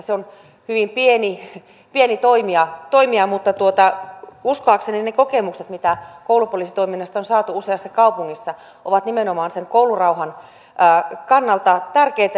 se on hyvin pieni toimija mutta uskoakseni ne kokemukset mitä koulupoliisitoiminnasta on saatu useassa kaupungissa ovat nimenomaan koulurauhan kannalta tärkeitä